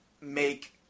make –